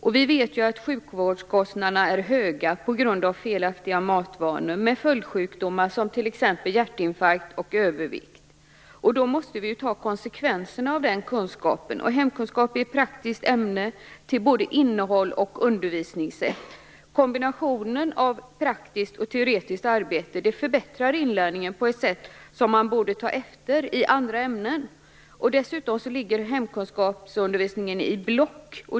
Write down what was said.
Och vi vet att sjukvårdskostnaderna är höga på grund av felaktiga matvanor, vilket medför följdsjukdomar, t.ex. hjärtinfarkt och övervikt. Då måste vi ta konsekvenserna av den kunskapen. Hemkunskap är ett praktiskt ämne vad gäller både innehåll och undervisningssätt. Kombinationen av praktiskt och teoretiskt arbete förbättrar inlärningen på ett sätt som man borde ta efter i andra ämnen. Dessutom ligger hemkunskapsundervisningen i block.